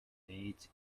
mate